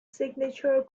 signature